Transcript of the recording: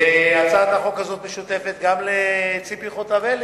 הצעת החוק הזאת משותפת גם לציפי חוטובלי,